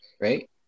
right